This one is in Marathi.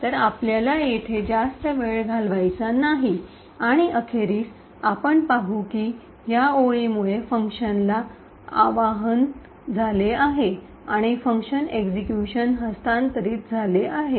तर आपल्याला येथे जास्त वेळ घालवायचा नाही आणि अखेरीस आपण पाहु की या ओळीमुळे फंक्शनला आवाहन इन व्होक बोलाविले झाले आहे आणि फंक्शन एक्सिक्यूशन हस्तांतरित झाले आहे